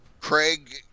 Craig